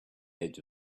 edge